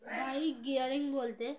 bike gearing বলতে